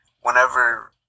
whenever